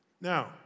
Now